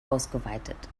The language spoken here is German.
ausgeweitet